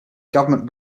government